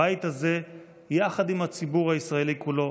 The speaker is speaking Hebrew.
הבית הזה יחד עם הציבור הישראלי כולו